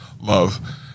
love